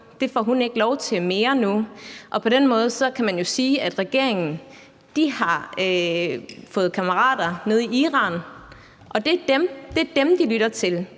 mere får lov til, og på den måde kan man jo sige, at de i regeringen har fået kammerater nede i Iran, og at det er dem, de lytter til.